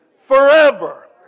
forever